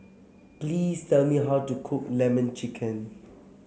please tell me how to cook lemon chicken